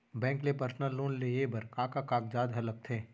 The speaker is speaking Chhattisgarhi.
बैंक ले पर्सनल लोन लेये बर का का कागजात ह लगथे?